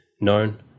known